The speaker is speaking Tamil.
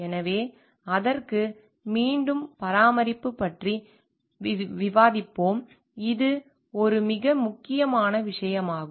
எனவே அதற்கு மீண்டும் பராமரிப்பு பற்றி மீண்டும் விவாதித்தோம் இது ஒரு மிக முக்கியமான விஷயமாகும்